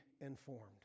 informed